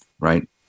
Right